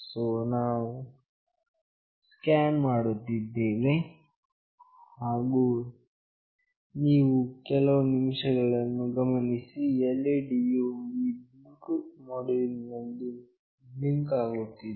so ನಾವು scan ಮಾಡುತ್ತಿದ್ದೇವೆ ಹಾಗು ನೀವು ಕೇವಲ ಒಂದು ವಿಷಯವನ್ನು ಗಮನಿಸಿ LED ಯು ಈ ಬ್ಲೂಟೂತ್ ಮೋಡ್ಯುಲ್ ನಲ್ಲಿ ಬ್ಲಿಂಕ್ ಆಗುತ್ತಿದೆ